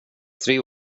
tre